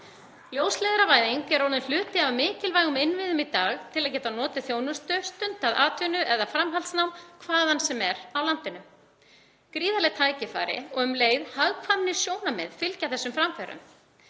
Ljósleiðaravæðing er orðin hluti af mikilvægum innviðum í dag til að geta notið þjónustu, stundað atvinnu eða framhaldsnám hvaðan sem er af landinu. Gríðarleg tækifæri og um leið hagkvæmnissjónarmið fylgja þessum framförum.